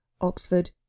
Oxford